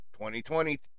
2020